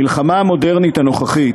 המלחמה המודרנית הנוכחית,